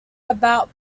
about